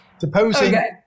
supposing-